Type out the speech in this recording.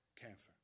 cancer